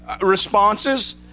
responses